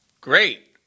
Great